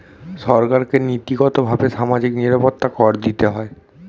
সরকারকে নীতিগতভাবে সামাজিক নিরাপত্তা কর দিতে হয়